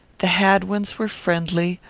the hadwins were friendly,